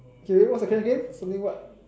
okay wait what's the question again something what